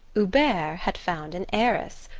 hubert had found an heiress,